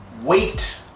wait